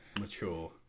mature